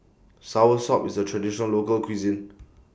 Soursop IS A Traditional Local Cuisine